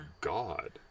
God